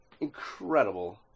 incredible